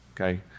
okay